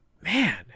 man